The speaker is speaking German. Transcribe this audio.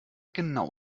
genau